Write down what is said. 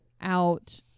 out